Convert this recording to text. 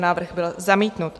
Návrh byl zamítnut.